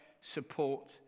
support